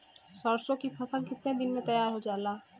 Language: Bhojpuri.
सरसों की फसल कितने दिन में तैयार हो जाला?